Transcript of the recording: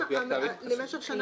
עד שישה חודשים.